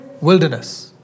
Wilderness